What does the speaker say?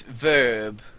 verb